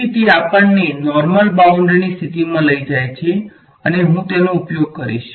તેથી તે આપણને નોર્મલ બાઉંડ્રીની સ્થિતિમાં લઈ જાય છે અને હું તેનો ઉપયોગ કરીશ